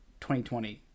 2020